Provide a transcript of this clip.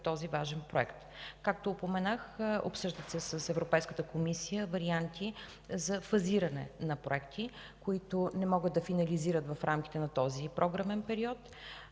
този важен проект. Както упоменах, обсъждат се с Европейската комисия варианти за фазиране на проекти, които не могат да се финализират в рамките на този програмен период.